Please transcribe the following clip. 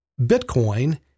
Bitcoin